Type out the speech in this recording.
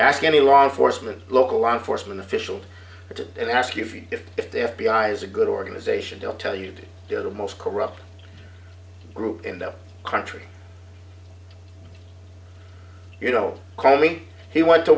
ask any law enforcement local law enforcement officials and ask you for it if the f b i is a good organization they'll tell you you're the most corrupt group in the country you know call me he went to